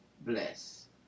bless